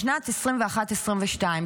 בשנת 2021 2022,